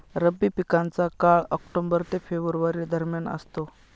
रब्बी पिकांचा काळ ऑक्टोबर ते फेब्रुवारी दरम्यान असतो